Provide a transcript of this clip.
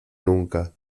nunca